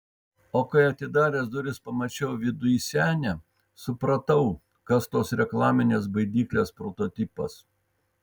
o kai atidaręs duris pamačiau viduj senę supratau kas tos reklaminės baidyklės prototipas